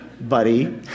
buddy